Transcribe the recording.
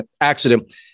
accident